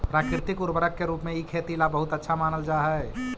प्राकृतिक उर्वरक के रूप में इ खेती ला बहुत अच्छा मानल जा हई